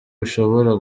bishobora